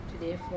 today